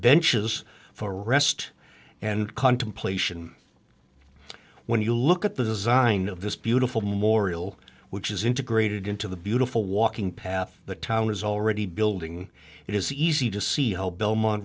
benches for rest and contemplation when you look at the design of this beautiful memorial which is integrated into the beautiful walking path that town is already building it is easy to see how belmont